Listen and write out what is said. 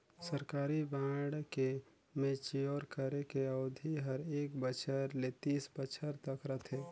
सरकारी बांड के मैच्योर करे के अबधि हर एक बछर ले तीस बछर तक रथे